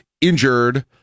injured